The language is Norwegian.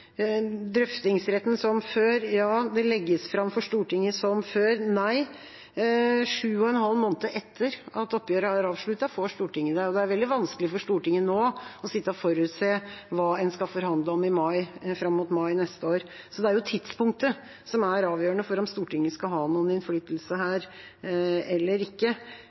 Drøftingsretten som før – ja. Det legges fram for Stortinget som før – nei, sju og en halv måned etter at oppgjøret er avsluttet, får Stortinget det. Det er veldig vanskelig for Stortinget nå å sitte og forutse hva en skal forhandle om i mai, fram mot mai neste år. Det er jo tidspunktet som er avgjørende for om Stortinget skal ha noen innflytelse her eller ikke.